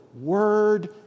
Word